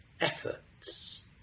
efforts